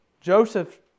Joseph